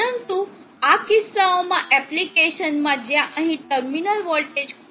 પરંતુ આ કિસ્સાઓમાં એપ્લિકેશનમાં જ્યાં અહીં ટર્મિનલ વોલ્ટેજ ખૂબ મોટો છે